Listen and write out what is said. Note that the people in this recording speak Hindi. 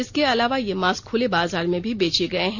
इसके अलावा ये मास्क खुले बाजार में भी बेचे गए हैं